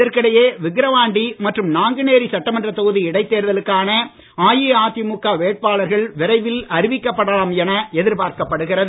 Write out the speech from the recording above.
இதற்கிடையே விக்கரவாண்டி மற்றும் நாங்குநேரி சட்டமன்றத் தொகுதி இடைத் தேர்தலுக்கான அஇஅதிமுக வேட்பாளர்கள் விரைவில் அறிவிக்கப்படலாம் என எதிர்பார்க்கப்படுகிறது